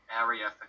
area